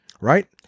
right